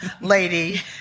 lady